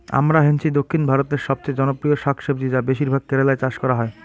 আমরান্থেইসি দক্ষিণ ভারতের সবচেয়ে জনপ্রিয় শাকসবজি যা বেশিরভাগ কেরালায় চাষ করা হয়